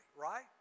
right